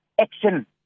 action